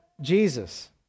jesus